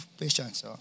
patience